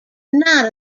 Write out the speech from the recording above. not